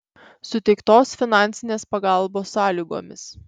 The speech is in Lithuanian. suteiktos finansinės pagalbos sąlygomis